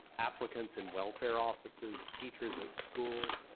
applicants in welfare offices, teachers at school,